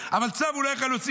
אבל צו הוא לא היה יכול להוציא,